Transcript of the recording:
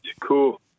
cool